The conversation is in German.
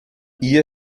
ihr